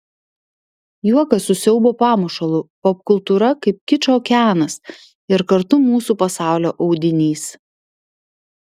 juokas su siaubo pamušalu popkultūra kaip kičo okeanas ir kartu mūsų pasaulio audinys